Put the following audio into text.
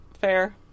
Fair